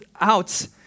out